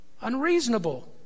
unreasonable